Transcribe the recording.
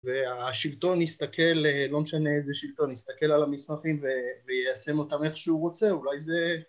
והשלטון יסתכל, לא משנה איזה שלטון, יסתכל על המסמכים ויישם אותם איכשהו הוא רוצה, אולי זה